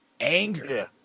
Anger